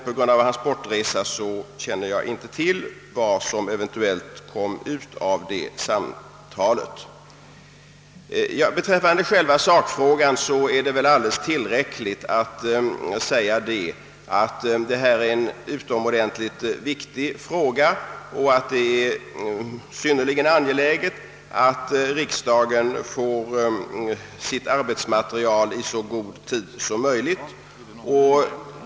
På grund av hans bortresa har jag emellertid inte hunnit få reda på vad som eventuellt kom ut av det samtalet. Beträffande själva sakfrågan är det väl tillräckligt att säga, att detta är en utomordentligt viktig fråga. Det är synnerligen angeläget att riksdagen får sitt arbetsmaterial i så god tid som möjligt.